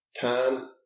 Time